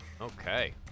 Okay